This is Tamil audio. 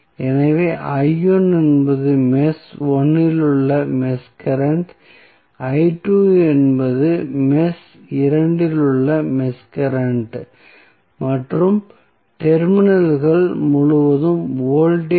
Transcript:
எனவே என்பது மெஷ் 1 இல் உள்ள மெஷ் கரண்ட் என்பது மெஷ் 2 இல் உள்ள மெஷ் கரண்ட் மற்றும் டெர்மினல்கள் முழுவதும் வோல்டேஜ்